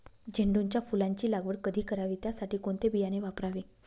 झेंडूच्या फुलांची लागवड कधी करावी? त्यासाठी कोणते बियाणे वापरावे?